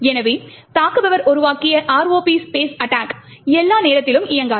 எனவே தாக்குபவர் உருவாக்கிய ROP ஸ்பெஸ் அட்டாக் எல்லா நேரத்திலும் இயங்காது